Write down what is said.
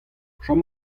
chom